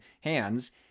hands